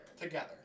Together